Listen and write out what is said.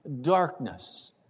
darkness